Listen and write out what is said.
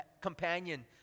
companion